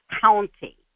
county